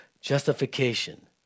Justification